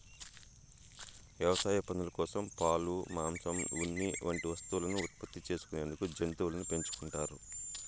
వ్యవసాయ పనుల కోసం, పాలు, మాంసం, ఉన్ని వంటి వస్తువులను ఉత్పత్తి చేసుకునేందుకు జంతువులను పెంచుకుంటారు